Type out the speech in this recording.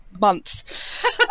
months